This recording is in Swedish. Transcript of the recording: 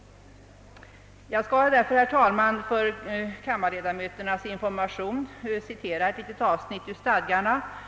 Jag skall därför, herr talman, för kammarledamöternas information citera ett litet avsnitt ur interparlamentariska gruppens stadgar.